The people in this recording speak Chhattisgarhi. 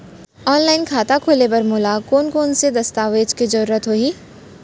ऑनलाइन खाता खोले बर मोला कोन कोन स दस्तावेज के जरूरत होही?